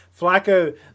Flacco